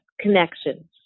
connections